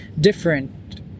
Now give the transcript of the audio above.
different